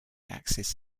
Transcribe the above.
axis